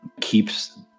keeps